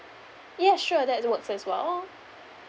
ya sure that works as well